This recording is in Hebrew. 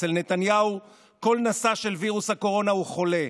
אצל נתניהו כל נשא של וירוס הקורונה הוא חולה,